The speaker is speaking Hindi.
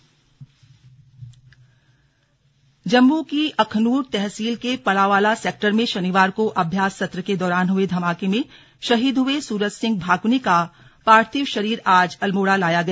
स्लग शहीद को श्रद्वांजलि जम्मू की अखनूर तहसील के पलांवाला सेक्टर में शनिवार को अभ्यास सत्र के दौरान हुए धमाके में शहीद हुए सूरज सिंह भाकुनी का पार्थिव शरीर आज अल्मोड़ा लाया गया